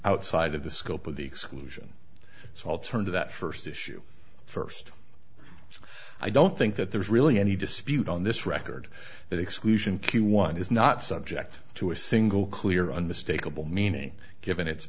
outside of the scope of the exclusion so i'll turn to that first issue first i don't think that there's really any dispute on this record that exclusion q one is not subject to a single clear unmistakable meaning given it